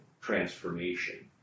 transformation